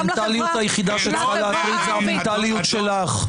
גם לחברה הערבית --- המנטליות היחידה שצריכה להטריד זאת המנטליות שלך.